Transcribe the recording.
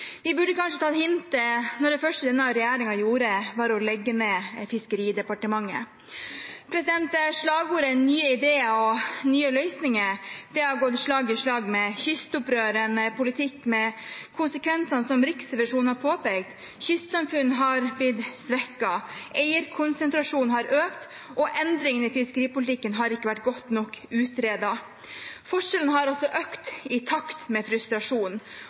Vi burde kanskje ha tatt hintet når det første denne regjeringen gjorde, var å legge ned Fiskeridepartementet. Slagordet «Nye ideer og bedre løsninger» har gått slag i slag med kystopprøret mot en politikk med konsekvenser som Riksrevisjonen har påpekt. Kystsamfunn har blitt svekket. Eierkonsentrasjonen har økt, og endringene i fiskeripolitikken har ikke vært godt nok utredet. Forskjellene har økt i takt med